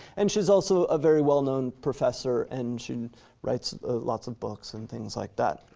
and she's also a very well known professor and she writes lots of books and things like that.